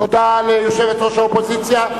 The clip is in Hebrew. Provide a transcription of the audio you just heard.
תודה ליושבת-ראש האופוזיציה.